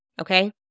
Okay